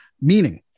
meaning